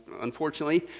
unfortunately